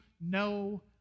no